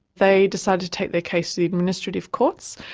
they decided to take their case to the administrative courts.